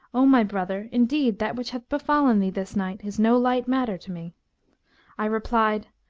o my brother, indeed that which hath befallen thee this night is no light matter to me i replied,